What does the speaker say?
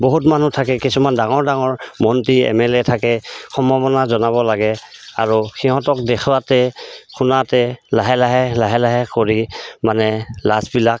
বহুত মানুহ থাকে কিছুমান ডাঙৰ ডাঙৰ মন্ত্ৰী এম এল এ থাকে সম্বৰ্ধনা জনাব লাগে আৰু সিহঁতক দেখুৱাতে শুনাতে লাহে লাহে লাহে লাহে কৰি মানে লাজবিলাক